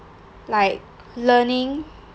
like learning